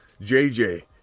JJ